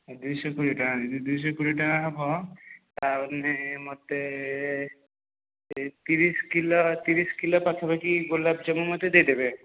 ଦୁଇଶହ କୋଡ଼ିଏ ଟଙ୍କା ଯଦି ଦୁଇଶହ କୋଡ଼ିଏ ଟଙ୍କା ହେବ ତାହେଲେ ମୋତେ ଏଇ ତିରିଶ କିଲୋ ତିରିଶ କିଲୋ ପାଖାପାଖି ଗୋଲମଜାମୁ ମୋତେ ଦେଇଦେବେ